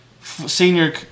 senior